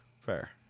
Fair